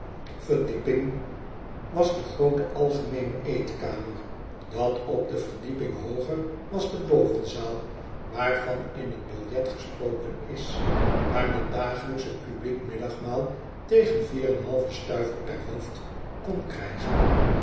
verdieping was de groote algemeeno eetkamer dat op de verdieping hooger was de bovenzaal waarvan in j t biljet gesproken is waar men dagelijks een publiek middagmaal tegen vier en een halven stuiver per hoofd kon krijgen